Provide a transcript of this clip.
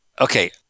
okay